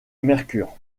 mercure